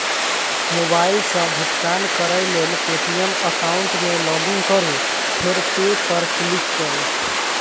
mobile सं भुगतान करै लेल पे.टी.एम एकाउंट मे लॉगइन करू फेर पे पर क्लिक करू